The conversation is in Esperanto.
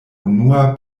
unua